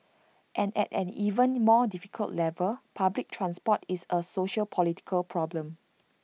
and at an even more difficult level public transport is A sociopolitical problem